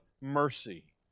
mercy